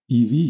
EV